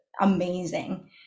amazing